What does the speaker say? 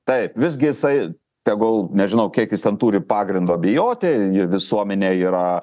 taip visgi jisai tegul nežinau kiek jis ten turi pagrindo bijoti visuomenė yra